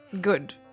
Good